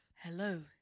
hello